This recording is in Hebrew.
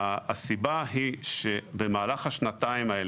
הסיבה היא שבמהלך השנתיים האלה,